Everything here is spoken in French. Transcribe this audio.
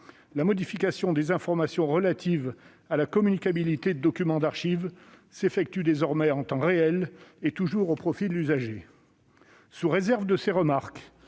La modification des informations relatives à la communicabilité de documents d'archives s'effectue désormais en temps réel et toujours au profit de l'usager. Sous réserve de ces remarques